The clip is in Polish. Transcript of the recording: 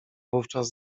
wówczas